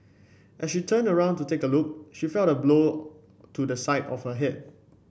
as she turned around to take a look she felt a blow to the side of her head